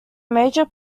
major